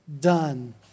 done